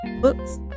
books